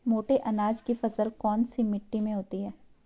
मोटे अनाज की फसल कौन सी मिट्टी में होती है?